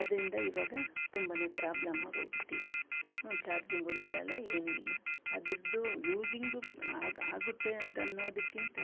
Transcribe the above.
ಅದರಿಂದ ಇವಾಗ ತುಂಬನೇ ಪ್ರಾಬ್ಲಮ್ಮಾಗೋಗ್ಬಿಟ್ಟಿದೆ ನೋಡಿ ಚಾರ್ಜಿಂಗು ನಿಲ್ಲಲ್ಲ ಏನು ಇಲ್ಲ ಅದರದ್ದು ಯೂಸಿಂಗೂ ಆಗಿ ಆಗುತ್ತೆ ಅಂತ ಅನ್ನೋದಕ್ಕಿಂತ